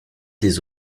des